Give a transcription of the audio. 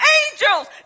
angels